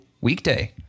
weekday